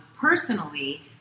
personally